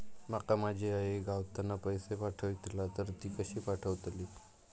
माका माझी आई गावातना पैसे पाठवतीला तर ती कशी पाठवतली?